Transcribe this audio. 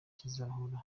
kizahora